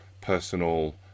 personal